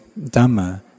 Dhamma